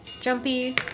jumpy